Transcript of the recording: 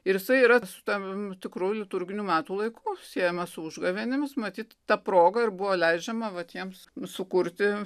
ir jisai yra su tam tikru liturginiu metų laiku susiejamas su užgavėnėmis matyt ta proga ir buvo leidžiama vat jiems sukurti